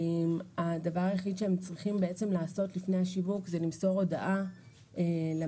הדבר היחיד שהם צריכים לעשות לפני השיווק זה למסור הודעה למנהל,